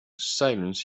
silence